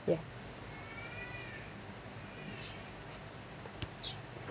ya